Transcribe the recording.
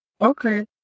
Okay